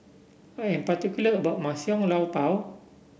I am particular about my Xiao Long Bao